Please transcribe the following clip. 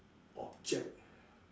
object